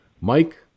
Mike